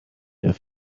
their